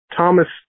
Thomas